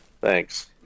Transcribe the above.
Thanks